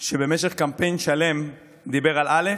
שבמשך קמפיין שלם דיבר על א'